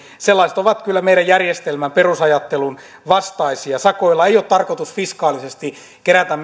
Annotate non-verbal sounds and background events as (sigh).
on kyllä meidän järjestelmän perusajattelun vastainen sakoilla ei ole missään nimessä tarkoitus fiskaalisesti kerätä (unintelligible)